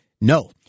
no